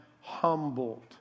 humbled